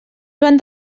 joan